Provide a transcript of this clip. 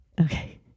Okay